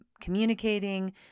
communicating